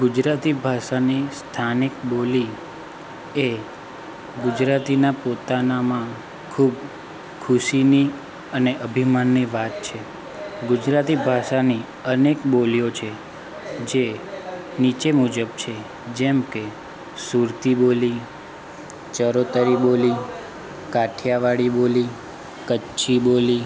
ગુજરાતી ભાષાની સ્થાનિક બોલી એ ગુજરાતીના પોતાનામાં ખૂબ ખુશીની અને અભિમાનની વાત છે ગુજરાતી ભાષાની અનેક બોલીઓ છે જે નીચે મુજબ છે જેમ કે સુરતી બોલી ચરોતરી બોલી કાઠિયાવાડી બોલી કચ્છી બોલી